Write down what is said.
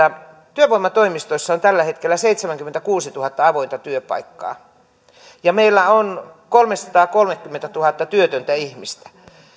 työvoimatoimistoissa on tällä hetkellä seitsemänkymmentäkuusituhatta avointa työpaikkaa ja meillä on kolmesataakolmekymmentätuhatta työtöntä ihmistä